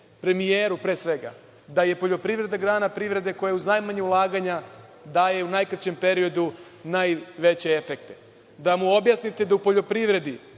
premijeru, pre svega, da je poljoprivreda grana privrede koja uz najmanja ulaganja daje u najkraćem periodu najveće efekte. Da mu objasnite da u poljoprivredi